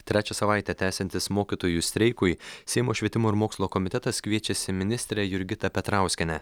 trečią savaitę tęsiantis mokytojų streikui seimo švietimo ir mokslo komitetas kviečiasi ministrę jurgitą petrauskienę